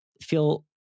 feel